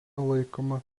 laikoma